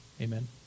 Amen